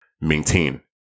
maintain